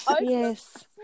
Yes